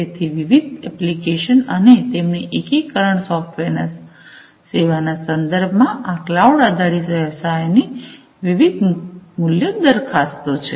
તેથી વિવિધ એપ્લિકેશન અને તેમની એકીકરણ સોફ્ટવેર સેવા ના સંદર્ભમાં આ ક્લાઉડ આધારિત વ્યવસાયનો ની વિવિધ મૂલ્ય દરખાસ્તો છે